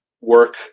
work